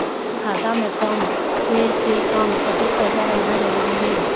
मोर खाता मे कम से से कम कतेक पैसा रहना जरूरी हे?